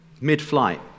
mid-flight